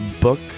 book